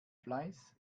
fleiß